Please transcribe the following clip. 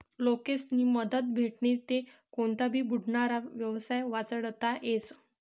लोकेस्नी मदत भेटनी ते कोनता भी बुडनारा येवसाय वाचडता येस